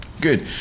good